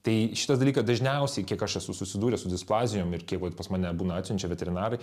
tai šitas dalykas dažniausiai kiek aš esu susidūręs su displazijom ir kiek vat pas mane būna atsiunčia veterinarai